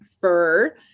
fur